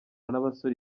n’abasore